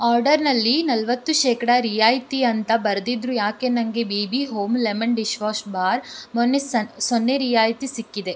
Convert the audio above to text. ಆರ್ಡರ್ನಲ್ಲಿ ನಲವತ್ತು ಶೇಕಡಾ ರಿಯಾಯಿತಿ ಅಂತ ಬರೆದಿದ್ರೂ ಏಕೆ ನನಗೆ B B home lemon dishwash bar ಮೊನ್ನೆ ಸೊನ್ನೆ ರಿಯಾಯಿತಿ ಸಿಕ್ಕಿದೆ